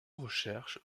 recherche